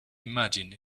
imagine